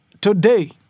Today